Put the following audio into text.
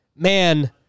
man